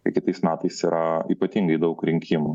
tai kitais metais yra ypatingai daug rinkimų